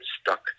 stuck